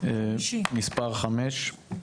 מספר חמש,